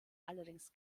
allerdings